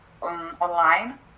online